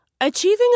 Achieving